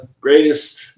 greatest